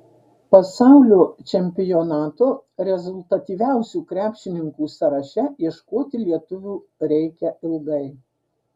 pasaulio čempionato rezultatyviausių krepšininkų sąraše ieškoti lietuvių reikia ilgai